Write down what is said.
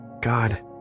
God